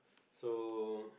so